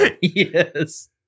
Yes